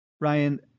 Ryan